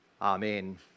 Amen